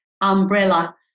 umbrella